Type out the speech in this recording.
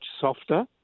softer